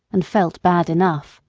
and felt bad enough.